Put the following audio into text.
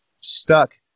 stuck